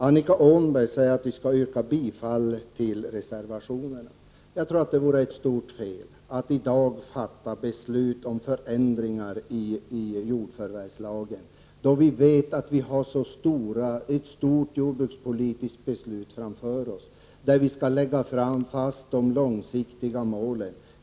Annika Åhnberg säger att hon har svårt att förstå varför jag inte yrkar bifall till reservationerna. Jag tror att det vore ett stort fel, att i dag fatta beslut om förändringar i jordförvärvslagen, då vi vet att vi har ett stort jordbrukspolitiskt beslut framför oss, där vi skall lägga fast de långsiktiga målen.